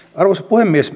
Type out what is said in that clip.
arvoisa puhemies